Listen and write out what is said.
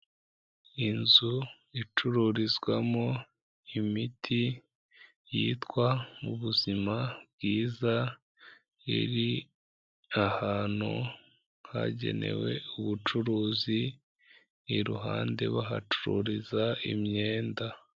Inzu icururizwamo imiti yitwa mu buzima bwiza, iri ahantu hagenewe ubucuruzi iruhande bahacururiza imyenda.